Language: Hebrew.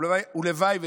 ולוואי,